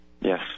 yes